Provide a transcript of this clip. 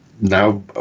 now